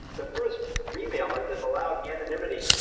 the first re-mailer that allowed anonymity,